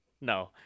No